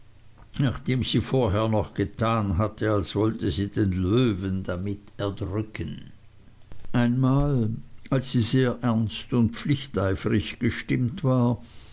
nachdem sie vorher noch getan hatte als wollte sie den löwen damit erdrücken einmal als sie sehr ernst und pflichteifrig gestimmt war